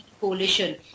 coalition